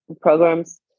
programs